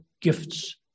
gifts